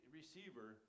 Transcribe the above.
receiver